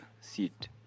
seat